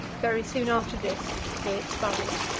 very soon after this he expired.